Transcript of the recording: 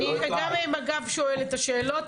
אני גם את מג"ב שואלת את השאלות,